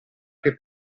che